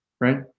right